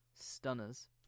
Stunners